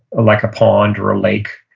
like a pond or a lake,